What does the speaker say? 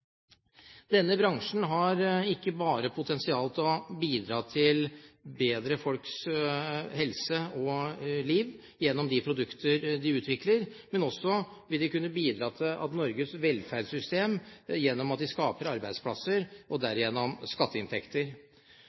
Denne bransjen har ikke bare potensial til å bidra til å bedre folks liv og helse gjennom de produkter de utvikler, men de vil også kunne bidra til Norges velferdssystem gjennom at de skaper arbeidsplasser og derigjennom skatteinntekter.